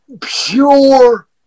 pure